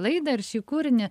laidą ir šį kūrinį